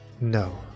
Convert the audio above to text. No